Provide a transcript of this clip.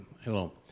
Hello